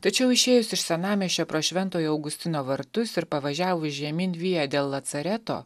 tačiau išėjus iš senamiesčio pro šventojo augustino vartus ir pavažiavus žemyn via del latsareto